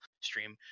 stream